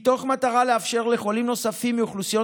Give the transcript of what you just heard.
מתוך מטרה לאפשר לחולים נוספים מאוכלוסיות